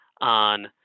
on